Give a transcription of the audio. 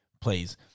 plays